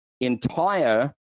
entire